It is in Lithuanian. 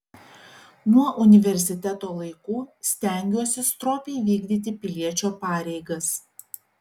nuo universiteto laikų stengiuosi stropiai vykdyti piliečio pareigas